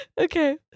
okay